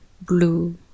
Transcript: blue